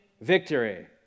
victory